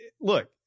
look